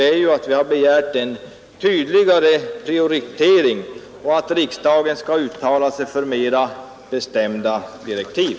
Vi har i stället begärt en tydligare prioritering och att riksdagen skall uttala sig för mera bestämda direktiv.